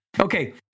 Okay